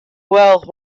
well